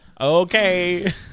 Okay